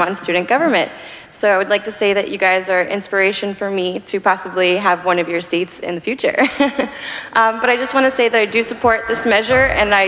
a student government so i would like to say that you guys are inspiration for me to possibly have one of your states in the future but i just want to say they do support this measure and i